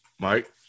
mike